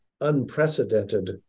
unprecedented